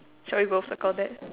shall we both circle that